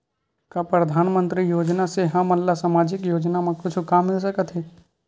का परधानमंतरी योजना से हमन ला सामजिक योजना मा कुछु काम मिल सकत हे?